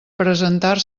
presentar